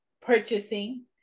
purchasing